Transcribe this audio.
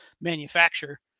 manufacture